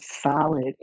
solid